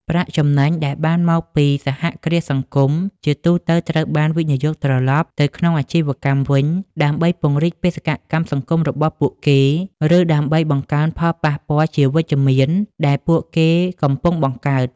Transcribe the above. ប្រាក់ចំណេញដែលបានមកពីសហគ្រាសសង្គម ជាទូទៅត្រូវបាន វិនិយោគត្រឡប់ ទៅក្នុងអាជីវកម្មវិញ ដើម្បីពង្រីកបេសកកម្មសង្គមរបស់ពួកគេ ឬដើម្បីបង្កើនផលប៉ះពាល់ជាវិជ្ជមានដែលពួកគេកំពុងបង្កើត។